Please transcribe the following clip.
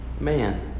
Man